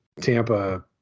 Tampa